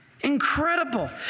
Incredible